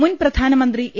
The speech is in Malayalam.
മുൻ പ്രധാനമന്ത്രി എ